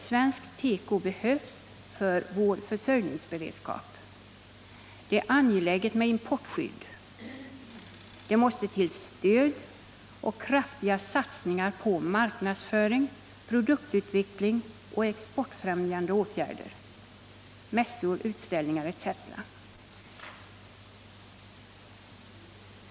Svensk teko behövs för vår försörjningsberedskap. Det är angeläget med importskydd. Det måste till stöd och kraftiga satsningar på marknadsföring, produktutveckling och exportfrämjande åtgärder — mässor, utställningar etc.